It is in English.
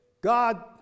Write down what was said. God